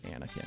Anakin